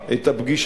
בזה את הפגישה,